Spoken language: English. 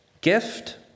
Gift